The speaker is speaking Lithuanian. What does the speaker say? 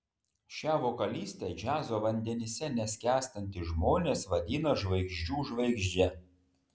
šią vokalistę džiazo vandenyse neskęstantys žmonės vadina žvaigždžių žvaigžde